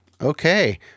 Okay